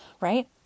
right